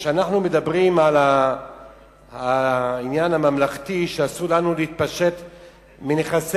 כשאנחנו מדברים על העניין הממלכתי שאסור לנו להתפשט מנכסים,